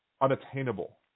unattainable